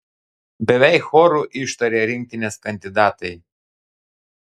beveik choru ištarė rinktinės kandidatai